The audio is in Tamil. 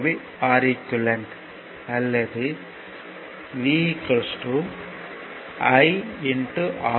37 அல்லது V I R1 R2R1 R2 2